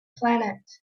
planet